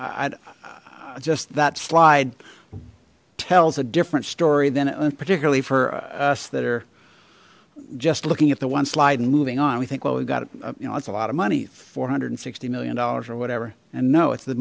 i'd just that slide tells a different story then and particularly for us that are just looking at the one slide and moving on we think well we've got you know it's a lot of money four hundred and sixty million dollars or whatever and no it's the